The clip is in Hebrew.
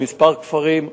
בכמה כפרים.